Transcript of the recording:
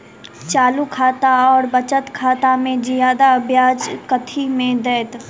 चालू खाता आओर बचत खातामे जियादा ब्याज कथी मे दैत?